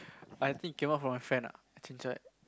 I think came out from my friend ah chincai